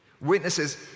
Witnesses